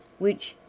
which,